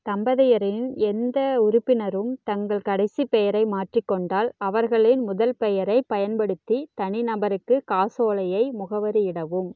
தம்பதியரின் எந்த உறுப்பினரும் தங்கள் கடைசிப்பெயரை மாற்றிக்கொண்டால் அவர்களின் முதல் பெயரைப் பயன்படுத்தி தனிநபருக்கு காசோலையை முகவரியிடவும்